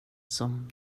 som